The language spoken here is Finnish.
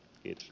kiitos